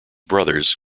brothers